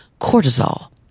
cortisol